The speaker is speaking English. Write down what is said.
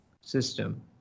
system